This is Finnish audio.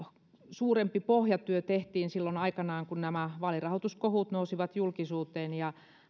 suurempi pohjatyö tehtiin silloin aikanaan kun nämä vaalirahoituskohut nousivat julkisuuteen ja